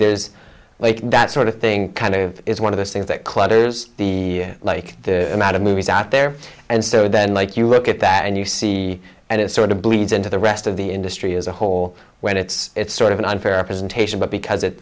there's like that sort of thing kind of is one of those things that clutters the like the amount of movies out there and so then like you look at that and you see and it sort of bleeds into the rest of the industry as a whole when it's it's sort of an unfair presentation but because it